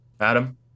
Adam